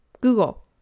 Google